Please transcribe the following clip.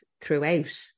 throughout